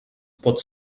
pot